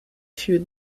fut